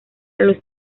los